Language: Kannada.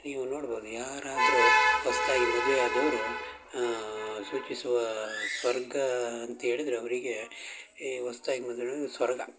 ನೀವು ನೋಡ್ಬೋದು ಯಾರಾದರೂ ಹೊಸ್ದಾಗಿ ಮದುವೆ ಆದವರು ಸೂಚಿಸುವಾ ಸ್ವರ್ಗ ಅಂತ ಹೇಳಿದ್ರೆ ಅವರಿಗೇ ಈ ಹೊಸ್ದಾಗ್ ಮದುವೆ ಅಂದರೆ ಸ್ವರ್ಗ